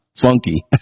Funky